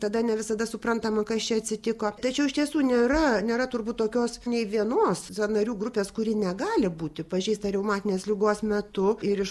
tada ne visada suprantama kas čia atsitiko tačiau iš tiesų nėra nėra turbūt tokios nei vienos sąnarių grupės kuri negali būti pažeista reumatinės ligos metu ir iš